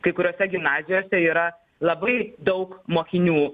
kai kuriose gimnazijose yra labai daug mokinių